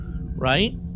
right